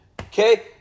okay